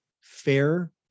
fair